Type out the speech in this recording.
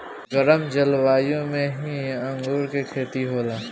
गरम जलवायु में ही अंगूर के खेती होला